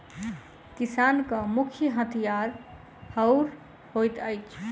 किसानक मुख्य हथियार हअर होइत अछि